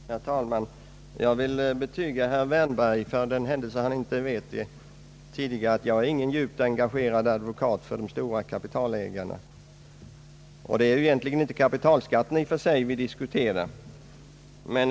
Herr talman! Jag vill för herr Wärnberg betyga — för den händelse han inte vet det tidigare — att jag inte är någon djupt engagerad advokat för de stora kapitalägarna. Det är inte heller kapitalskatten i och för sig som vi diskuterar.